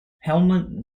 helmut